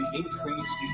increase